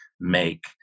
make